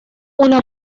una